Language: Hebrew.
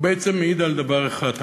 הוא בעצם מעיד על דבר אחד,